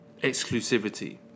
Exclusivity